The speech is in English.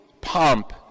pomp